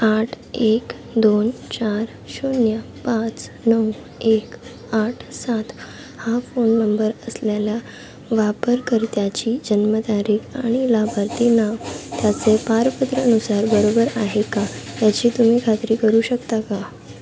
आठ एक दोन चार शून्य पाच नऊ एक आठ सात हा फोन नंबर असलेल्या वापरकर्त्याची जन्मतारीख आणि लाभार्थी नाव त्याचे पारपत्रानुसार बरोबर आहे का याची तुम्ही खात्री करू शकता का